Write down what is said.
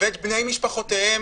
בדיוק אותו דבר שעושים עכשיו,